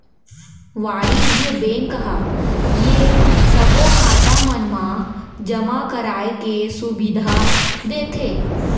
वाणिज्य बेंक ह ये सबो खाता मन मा जमा कराए के सुबिधा देथे